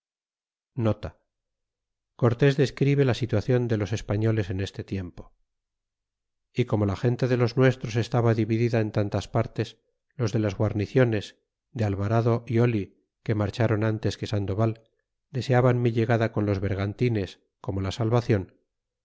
describe la situacion de los espaoles en este tiempo e como la gente de los nuestros estaba dividida en tantas partes los de las guarniciones de alvarado y que marcharon antes que sandoval deseaban mi llegada cuales bergantines como la salvacion